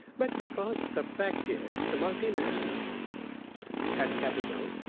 but because the fact is, the multinationals had capital,